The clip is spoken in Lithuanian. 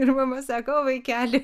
ir mama sako o vaikeli